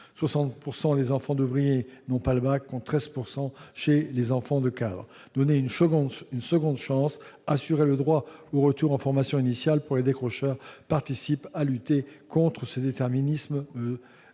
60 % des enfants d'ouvriers n'ont pas le bac contre 13 % chez les enfants de cadres. Donner une seconde chance en assurant le droit au retour en formation initiale pour les décrocheurs participe de la lutte contre ces déterminismes